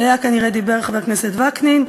עליה כנראה דיבר חבר הכנסת וקנין,